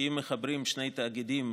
כי אם מחברים שני תאגידים,